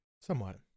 Somewhat